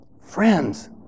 friends